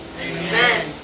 Amen